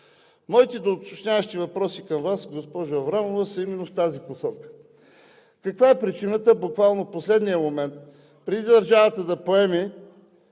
Моите уточняващи въпроси към Вас, госпожо Аврамова, са именно в тази посока. Каква е причината буквално в последния момент, преди държавата да поеме